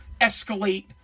escalate